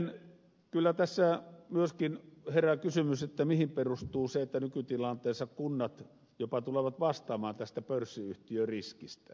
sitten kyllä tässä myöskin herää kysymys mihin perustuu se että nykytilanteessa kunnat jopa tulevat vastaamaan tästä pörssiyhtiöriskistä